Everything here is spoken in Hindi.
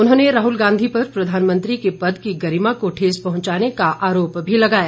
उन्होंने राहुल गांधी पर प्रधानमंत्री के पद की गरिमा को ठेस पहुंचाने का आरोप भी लगाया